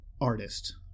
artist